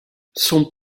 son